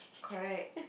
correct